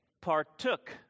partook